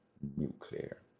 nuclear